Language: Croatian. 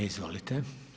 Izvolite.